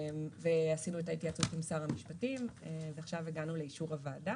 ועשינו את ההתייעצות עם שר המשפטים ועכשיו הגענו לאישור הוועדה.